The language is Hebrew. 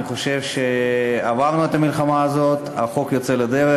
אני חושב שעברנו את המלחמה הזאת, החוק יוצא לדרך.